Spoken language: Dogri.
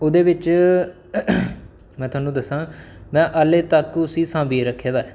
ओह्दे बिच में थाह्नूं दस्सां में हाले तक उसी सांभियै रखे दा ऐ